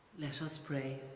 let us pray